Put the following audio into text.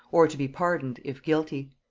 or to be pardoned if guilty.